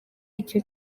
icyo